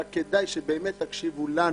ורק כדאי שבאמת תקשיבו לנו